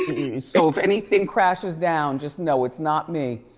so if anything crashes down, just know it's not me,